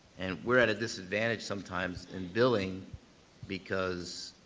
and we're at a disadvantage sometimes in billing because